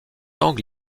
angle